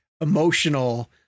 emotional